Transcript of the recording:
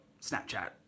Snapchat